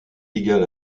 égale